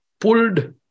pulled